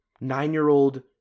nine-year-old